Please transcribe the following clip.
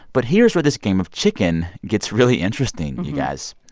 but here's where this game of chicken gets really interesting, you guys.